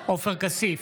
עופר כסיף,